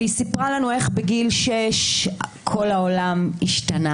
והיא סיפרה לנו איך בגיל שש, כל העולם שלה השתנה